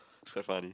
it's quite funny